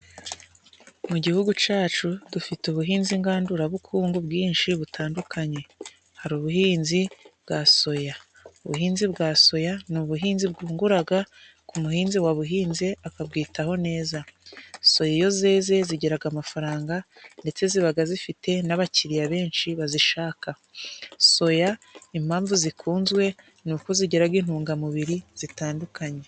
Mu gihugu cacu dufite ubuhinzi ngandurabukungu bwinshi butandukanye, hari ubuhinzi bwa soya. Ubuhinzi bwa soya n'ubuhinzi bwunguraga ku muhinzi wabuhinze akabwitaho neza. Soya iyo zeze zigiraga amafaranga ndetse zibaga zifite n'abakiriya benshi bazishaka. Soya impamvu zikunzwe nuko zigiraga intungamubiri zitandukanye.